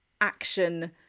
action